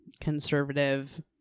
conservative